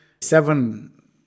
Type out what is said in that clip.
seven